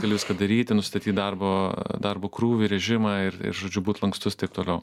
gali viską daryti nusistatyt darbo darbo krūvį režimą ir ir žodžiu būt lankstus ir taip toliau